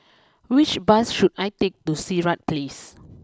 which bus should I take to Sirat place